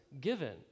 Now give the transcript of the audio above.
given